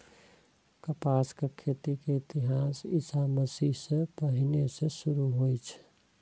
कपासक खेती के इतिहास ईशा मसीह सं पहिने सं शुरू होइ छै